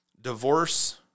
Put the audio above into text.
Divorce